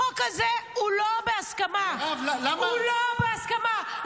החוק הזה הוא לא בהסכמה, הוא לא בהסכמה.